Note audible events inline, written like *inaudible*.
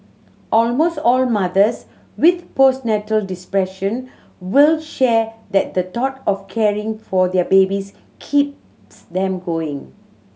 almost all mothers with postnatal *unintelligible* will share that the thought of caring for their babies keeps them going